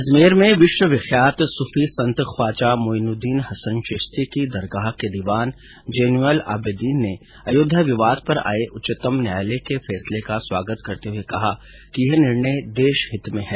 अजमेर में विश्व विख्यात सूफी संत ख्वाजा मोइनुद्दीन हसन चिश्ती की दरगाह के दीवान जैनुअल आबेदीन ने अयोध्या विवाद पर आये उच्चतम न्यायालय के फैसले का स्वागत करते हुए कहा कि यह निर्णय देश हित में है